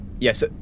Yes